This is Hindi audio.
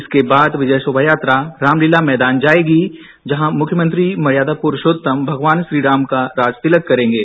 इसके बाद विजय शोभायात्रा रामलीला मैदान जाएगी जहां मुख्यमंत्री मर्यादा पुरूषोत्तम भगवान श्रीराम का राजतिलक करेंगे